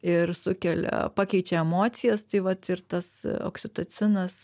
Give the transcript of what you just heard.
ir sukelia pakeičia emocijas tai vat ir tas oksitocinas